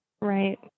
Right